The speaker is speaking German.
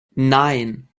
nein